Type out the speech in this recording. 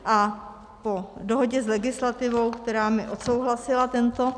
A po dohodě s legislativou, která mi odsouhlasila tento...